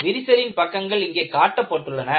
விரிசலின் பக்கங்கள் இங்கே காட்டப்பட்டுள்ளன